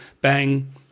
bang –